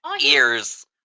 Ears